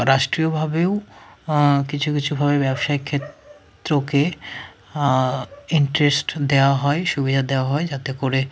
রাষ্ট্রীয়ভাবেও কিছু কিছুভাবে ব্যবসায়িক ক্ষেত্রকে ইন্টারেস্ট দেওয়া হয় সুবিধা দেওয়া হয় যাতে করে